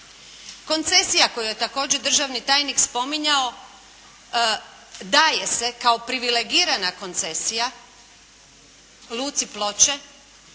Koncesija koju je također državni tajnik spominjao daje se kao privilegirana koncesija Luci Ploče